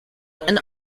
and